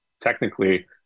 technically